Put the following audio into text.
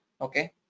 okay